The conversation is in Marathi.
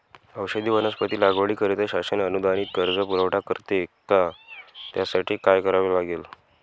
औषधी वनस्पती लागवडीकरिता शासन अनुदानित कर्ज पुरवठा करते का? त्यासाठी काय करावे लागेल?